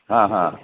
हां हां